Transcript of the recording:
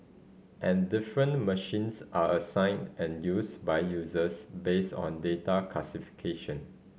and different machines are assigned and used by users based on data classification